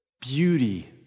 beauty